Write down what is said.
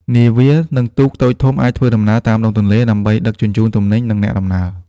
នាវា និងទូកតូចធំអាចធ្វើដំណើរតាមដងទន្លេ ដើម្បីដឹកជញ្ជូនទំនិញ និងអ្នកដំណើរ។